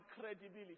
credibility